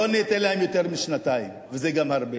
לא ניתן להם יותר משנתיים, וגם זה הרבה.